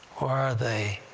where are they?